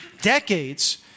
decades